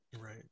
right